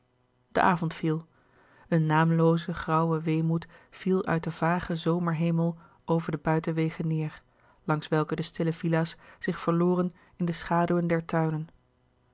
de avond viel een naamlooze grauwe weemoed viel uit den vagen zomerhemel over de buitenwegen neêr langs welke de stille villa's zich verloren in de schaduwen der tuinen